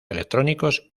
electrónicos